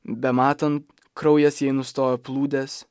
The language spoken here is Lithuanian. bematant kraujas jai nustojo plūdęs